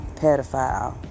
pedophile